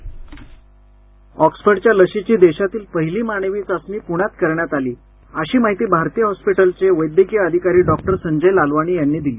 ध्वनी ऑक्सफर्डच्या लसीची देशातील पहिली मानवी चाचणी पुण्यात करण्यात आली अशी माहिती भारती रुग्णालयाचे वैद्यकीय अधिकारी डॉक्टर संजय ललवाणी यांनी दिली